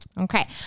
Okay